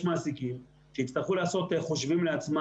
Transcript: לזה המשכיות כי חלק מהמענק מקבלים על חודשים אוגוסט,